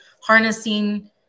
harnessing